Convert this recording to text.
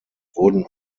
wurden